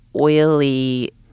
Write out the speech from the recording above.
oily